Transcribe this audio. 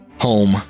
home